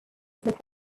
located